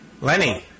Lenny